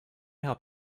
help